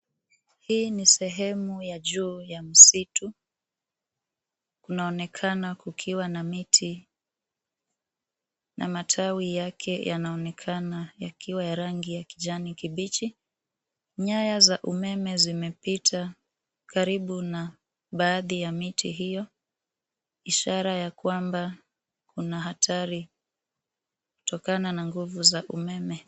Hii ni sehemu ya juu ya msitu, kunaonekana kukiwa na miti na matawi yake yanaonekana yakiwa ya rangi ya kijani kibichi. Nyaya za umeme zimepita karibu na baadhi ya miti hiyo, ishara ya kwamba kuna hatari kutokana na nguvu za umeme.